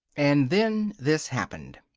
and then this happened!